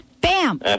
Bam